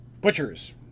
butchers